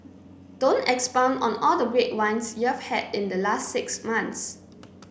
don't expound on all the great wines you've had in the last six months